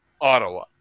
Ottawa